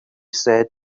said